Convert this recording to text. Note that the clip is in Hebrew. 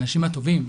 האנשים הטובים,